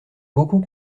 beaucoup